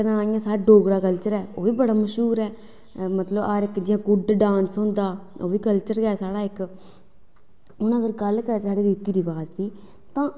कन्नै जेह्का साढ़ा डोगरा कल्चर ऐ ओह्बी बड़ा मशहूर ऐ मतलब की हर इक्क जियां कुड्ढ डांस होंदा ओह्बी इक्क डांस ऐ साढ़ा हून अगर गल्ल करां रीति रवाज़ दी